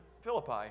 Philippi